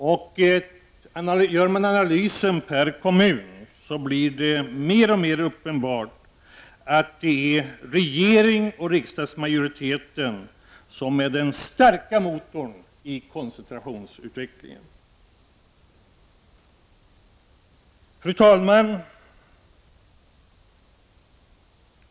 Och om man gör analyser per kommun blir det mer och mer uppenbart att det är regeringen och riksdagsmajoriteten som utgör den starka motorn i koncentrationsutvecklingen. Fru talman!